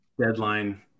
deadline